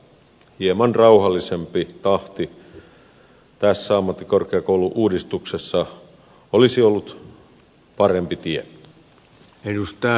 hieman rauhallisempi tahti tässä ammattikorkeakoulu uudistuksessa olisi ollut parempi tie